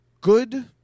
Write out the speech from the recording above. good